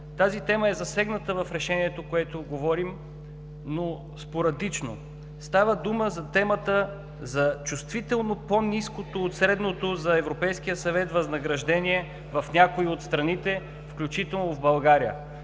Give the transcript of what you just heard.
Тази тема е засегната в Решението, за което говорим, но спорадично. Става дума за темата за чувствително по-ниското от средното за Европейския съвет възнаграждение в някои от страните, включително в България.